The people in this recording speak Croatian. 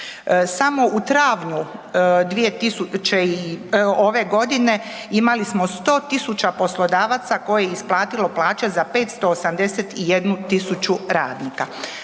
Samo u travnju ove godine imali smo 100.000 poslodavaca koji je isplatilo plaće za 581.000 radnika.